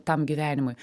tam gyvenimui